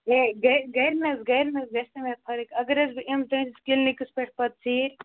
ہے گَرِ گَرِ نہ حظ گَرِ نہ حظ گژھِ نہٕ مےٚ فرق اگر حظ بہٕ یِمہِ چٲنس کِلنِکَس پٮ۪ٹھ پَتہٕ ژیٖرۍ